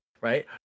right